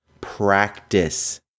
practice